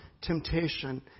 temptation